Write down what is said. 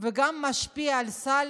וגם משפיע על סל